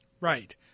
Right